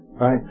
right